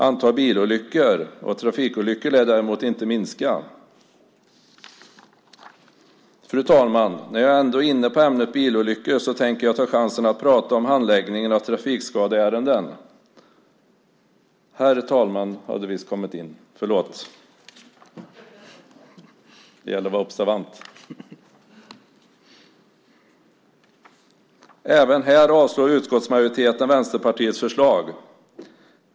Antalet bilolyckor och trafikolyckor lär däremot inte minska. Fru talman! När jag ändå är inne på ämnet bilolyckor tänker jag ta chansen att prata om handläggningen av trafikskadeärenden. Herr talman hade visst kommit in! Förlåt mig! Det gäller att vara observant. Även här avslår utskottsmajoriteten Vänsterpartiets förslag.